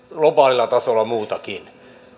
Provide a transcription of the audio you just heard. globaalilla tasolla muutakin